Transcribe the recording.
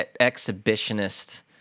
exhibitionist